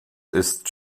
ist